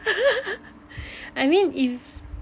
I mean if